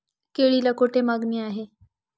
केळीला कोठे मागणी आहे?